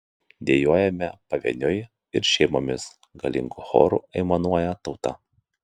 dejuojame pavieniui ir šeimomis galingu choru aimanuoja tauta